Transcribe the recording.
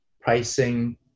pricing